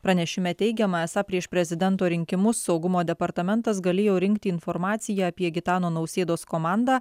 pranešime teigiama esą prieš prezidento rinkimus saugumo departamentas galėjo rinkti informaciją apie gitano nausėdos komandą